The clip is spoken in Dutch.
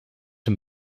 een